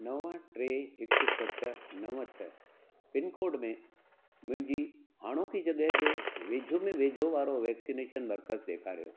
नव टे हिकु सत नव छह पिनकोड में मुंहिंजी हाणोकी जॻहि जे वेझो में वेझो वारो वैक्सीनेशन मर्कज़ ॾेखारियो